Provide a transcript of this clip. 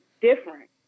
different